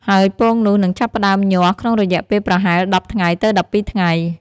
ហើយពងនោះនឹងចាប់ផ្តើមញាស់ក្នុងរយៈពេលប្រហែល ១០ ថ្ងៃទៅ ១២ ថ្ងៃ។